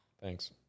Thanks